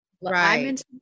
Right